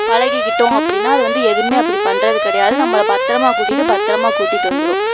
பழகிக்கிட்டோம் அப்படின்னா அது வந்து எதுவுமே அப்படி பண்ணுறது கிடையாது நம்மளை பத்தரமாக கூட்டிட்டு பத்தரமாக கூட்டிட்டு வந்துடும்